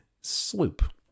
sloop